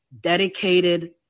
dedicated